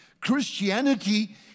Christianity